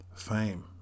fame